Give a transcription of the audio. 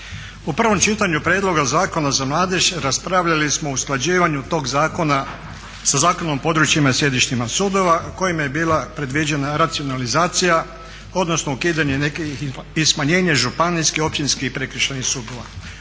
U prvom čitanju Prijedloga zakona za mladež raspravljali smo o usklađivanju tog zakona sa Zakonom o područjima i sjedištima sudova kojima je bila racionalizacija odnosno ukidanje nekih i smanjenje županijskih, općinskih i prekršajnih sudova.